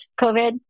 COVID